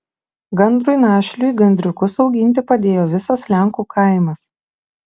gandrui našliui gandriukus auginti padėjo visas lenkų kaimas